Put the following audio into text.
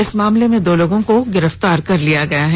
इस मामले में दो लोगों को गिरफ़्तार किया गया है